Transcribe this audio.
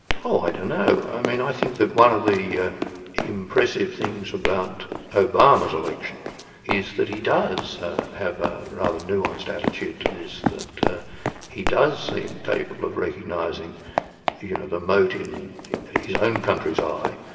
oh, i don't know. i mean i think that one of the impressive things about obama's election is that he does have a rather nuanced attitude to this, that he does seem capable of recognising you know the mote in his own country's eye,